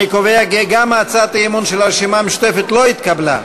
אני קובע כי גם הצעת האי-אמון של הרשימה המשותפת לא התקבלה.